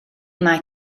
mai